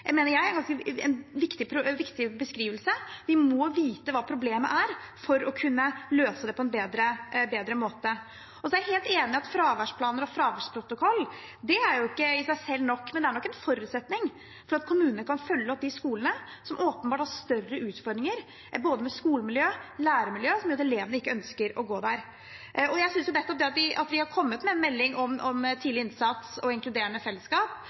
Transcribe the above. ganske viktig beskrivelse. Vi må vite hva problemet er for å kunne løse det på en bedre måte. Jeg er helt enig i at fraværsplaner og fraværsprotokoll ikke i seg selv er nok, men det er nok en forutsetning for at kommunene kan følge opp de skolene som åpenbart har større utfordringer, både med skolemiljø og med læremiljø, som gjør at elevene ikke ønsker å gå der. Jeg synes nettopp det at vi har kommet med en melding om tidlig innsats og inkluderende fellesskap,